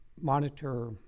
monitor